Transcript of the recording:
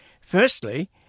Firstly